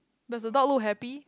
does the dog look happy